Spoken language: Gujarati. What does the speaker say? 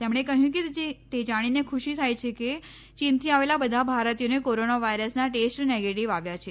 તેમણે કહ્યું કે તે જાણીને ખુશી થાય છે કે ચીનથી આવેલા બધા ભારતીયોના કોરોના વાયરસના ટેસ્ટ નેગેટિવ આવ્યા છે